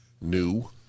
new